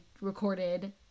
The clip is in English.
recorded